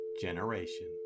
generation